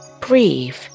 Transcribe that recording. breathe